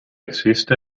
existe